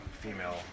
female